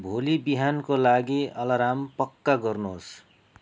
भोलि बिहानको लागि अलार्म पक्का गर्नुहोस्